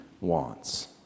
wants